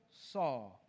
saw